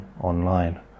online